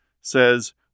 says